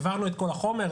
העברנו את כל החומר,